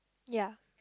ya